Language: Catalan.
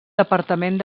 departament